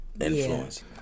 influence